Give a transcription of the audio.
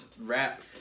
rap